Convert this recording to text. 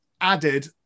added